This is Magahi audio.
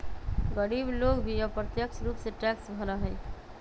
गरीब लोग भी अप्रत्यक्ष रूप से टैक्स भरा हई